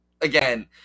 Again